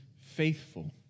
faithful